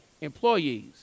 employees